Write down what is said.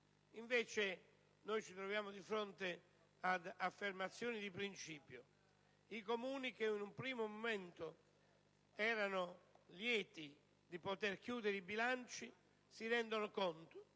Invece, ci troviamo di fronte ad affermazioni di principio. I Comuni, che in un primo momento erano lieti di poter chiudere i bilanci, si rendono conto